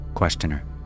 Questioner